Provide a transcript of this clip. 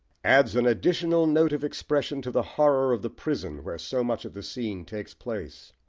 adds an additional note of expression to the horror of the prison where so much of the scene takes place.